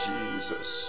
Jesus